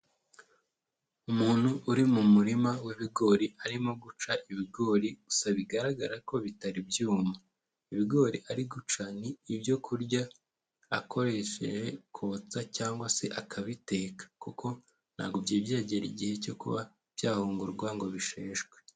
Umuntu uri mu murima w'ibigori arimo guca ibigori gusa bigaragara ko bitari byuma, ibigori ari guca ni ibyo kurya akoresheje kotsa cyangwa se akabiteka, kuko ntabwo byari byegera igihe cyo kuba byahungurwa ngo bisheshwe.